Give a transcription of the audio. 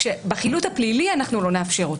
כשבחילוט הפלילי לא נאפשר אותו.